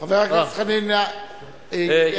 אני פה.